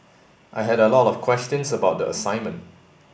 I had a lot of questions about the assignment